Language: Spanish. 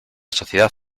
sociedad